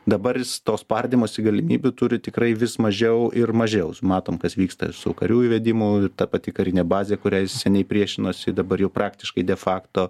dabar jis to spardymosi galimybių turi tikrai vis mažiau ir mažiau matom kas vyksta su karių įvedimu ta pati karinė bazė kuriai seniai priešinosi dabar jau praktiškai defakto